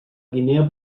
guinea